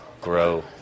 grow